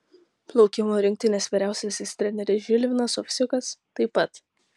plaukimo rinktinės vyriausiasis treneris žilvinas ovsiukas taip pat